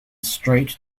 straight